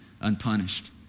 unpunished